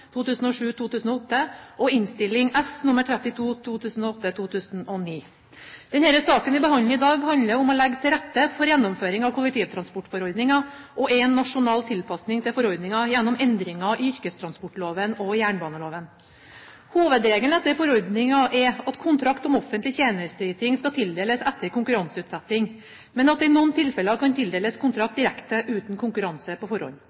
2007 om offentlig persontransport med jernbane og på vei, kollektivtransportforordningen, og om å oppheve rådsforordning nr. 1191/69 og 1107/70 i EØS-avtalen i sin behandling av St.prp. nr. 82 for 2007–2008 og Innst. S. nr. 32 for 2008–2009. Den saken vi behandler i dag, handler om å legge til rette for gjennomføring av kollektivtransportforordningen og er en nasjonal tilpasning til forordningen gjennom endringer i yrkestransportloven og i jernbaneloven. Hovedregelen etter forordningen er at kontrakt om